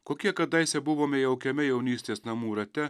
kokie kadaise buvome jaukiame jaunystės namų rate